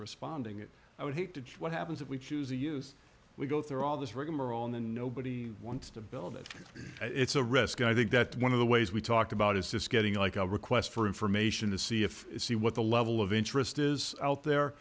responding it i would hate to see what happens if we choose a use we go through all this rigamarole and nobody wants to build it it's a risk i think that one of the ways we talked about is just getting like a request for information to see if see what the level of interest is out there